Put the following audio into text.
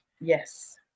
Yes